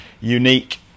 unique